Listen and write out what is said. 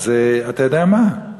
אתה יודע מה,